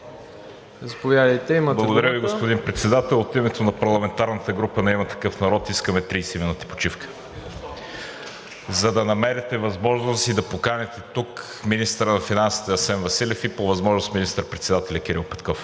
Благодаря Ви, господин Председател. От името на парламентарната група на „Има такъв народ“ искаме 30 минути почивка, за да намерите възможност и да поканите тук министъра на финансите Асен Василев и по възможност министър-председателя Кирил Петков.